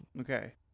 Okay